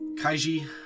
Kaiji